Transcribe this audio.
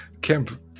Camp